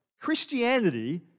Christianity